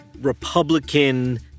Republican